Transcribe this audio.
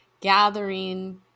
gathering